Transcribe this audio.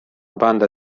banda